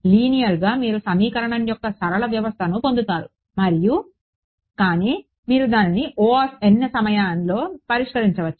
లీనియర్గా మీరు సమీకరణం యొక్క సరళ వ్యవస్థను పొందుతారు మరియు కానీ మీరు దానిని సమయంలో పరిష్కరించవచ్చు